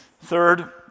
third